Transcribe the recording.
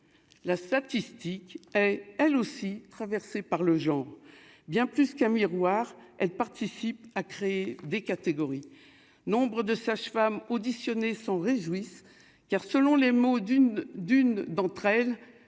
la statistique est elle aussi traversée par le Jean, bien plus qu'un miroir, elle participe à créer des catégories nombre de sages-femmes auditionné s'en réjouissent, car, selon les mots d'une d'une d'entre elles,